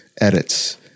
edits